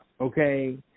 okay